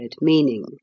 meaning